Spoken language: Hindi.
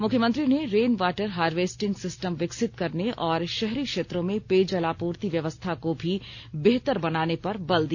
मुख्यमंत्री ने रेन वाटर हार्वेस्टिंग सिस्टम विकसित करने और शहरी क्षेत्रों में पेयजलापूर्ति व्यवस्था को भी बेहतर बनाने पर बल दिया